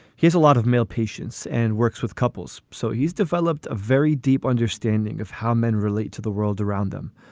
he has a lot of male patients and works with couples. so he's developed a very deep understanding of how men relate to the world around them.